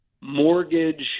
mortgage